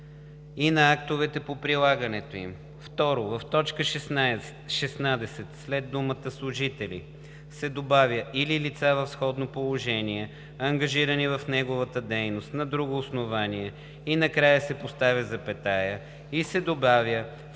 и на актовете по прилагането им;“